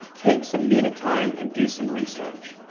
take some needed time and do some research.